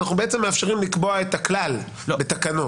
אנחנו בעצם מאפשרים לקבוע את הכלל בתקנות.